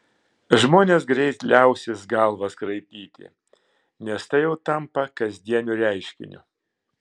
žmonės greit liausis galvas kraipyti nes tai jau tampa kasdieniu reiškiniu